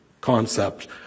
concept